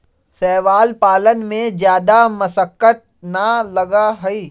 शैवाल पालन में जादा मशक्कत ना लगा हई